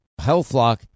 HealthLock